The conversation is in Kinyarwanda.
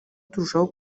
turushaho